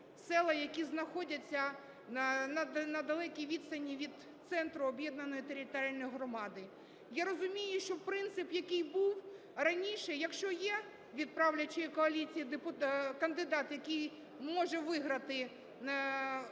села, які знаходяться на далекій відстані від центру об'єднаної територіальної громади. Я розумію, що принцип, який був раніше: якщо є від правлячої коаліції кандидат, який може виграти вибори